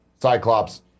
cyclops